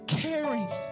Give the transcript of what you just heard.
caring